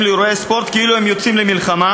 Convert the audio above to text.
לאירועי ספורט כאילו הם יוצאים למלחמה,